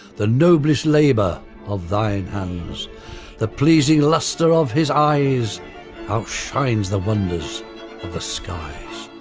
the noblest labor of thine hands the pleasing luster of his eyes outshines the wonders the skies.